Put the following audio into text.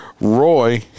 Roy